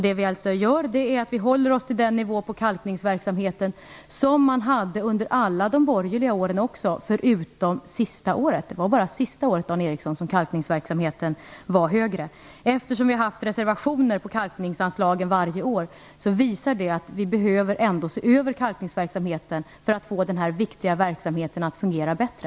Det vi gör är att hålla oss till den nivå på kalkningsverksamheten som man hade under alla de borgerliga åren förutom det sista. Det vara bara sista året, Det har funnits reservationer på kalkningsanslagen varje år. Det visar att vi ändå behöver se över kalkningsverksamheten för att få denna viktiga verksamhet att fungera bättre.